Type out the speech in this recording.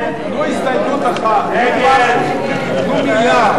קבוצת סיעת קדימה,